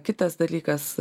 kitas dalykas